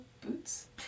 boots